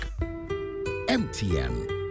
MTN